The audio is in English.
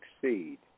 Succeed